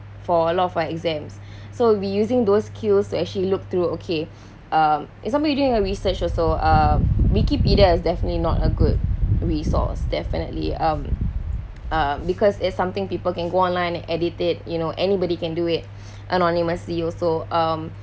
for a lot of our exams so we using those skills to actually look through okay um if somebody doing a research also uh wikipedia is definitely not a good resource definitely um uh because it's something people can go online and edit it you know anybody can do it anonymously also um